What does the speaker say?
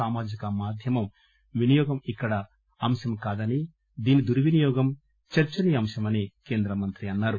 సామాజిక మాధ్యం వినియోగం ఇక్కడ అంశం కాదని దీని దుర్పినియోగం చర్చనీయాంశమని కేంద్ర మంత్రి అన్నారు